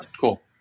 Cool